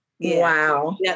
Wow